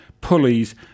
pulleys